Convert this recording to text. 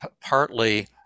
partly